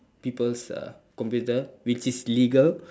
people's uh computer which is legal